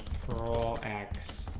all x,